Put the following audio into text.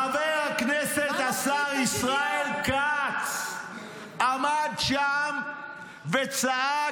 חבר הכנסת השר ישראל כץ עמד שם וצעק: